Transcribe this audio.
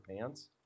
pants